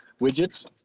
widgets